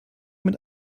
mit